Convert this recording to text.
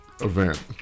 event